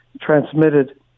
transmitted